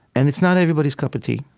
and it's not everybody's cup of tea.